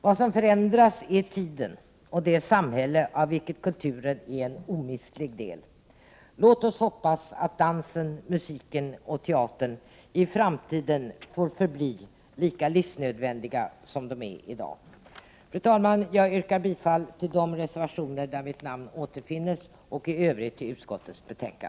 Vad som förändras är tiden och det samhälle av vilket kulturen är en omistlig del. Låt oss hoppas att dansen, musiken och teatern i framtiden får förbli lika livsnödvändiga som de är i dag. Fru talman! Jag yrkar bifall till de reservationer där mitt namn återfinns och i övrigt till utskottets hemställan.